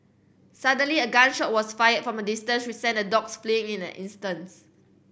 suddenly a gun shot was fired from a distance which sent the dogs fleeing in an instants